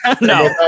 No